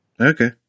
Okay